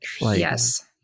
Yes